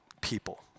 people